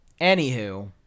Anywho